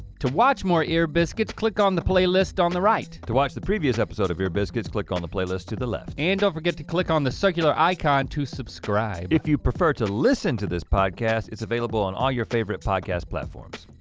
to watch more ear biscuits, click on the playlist on the right. to watch the previous episode of ear biscuits, click on the playlist to the left. and don't forget to click on the circular icon to subscribe. if you prefer to listen to this podcast, it's available on all your favorite podcast platforms.